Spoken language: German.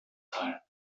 tal